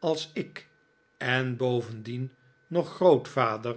als ik en bovendien nog grootvader